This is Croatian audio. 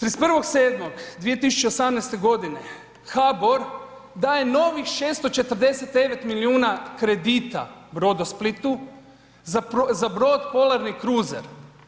31.7.2018. g. HBOR daje novih 649 milijuna kredita Brodosplitu za brod polarni kruzer.